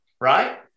Right